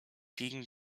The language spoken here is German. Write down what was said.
gegen